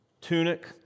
tunic